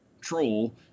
troll